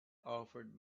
offered